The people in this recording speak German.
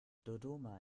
dodoma